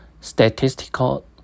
Statistical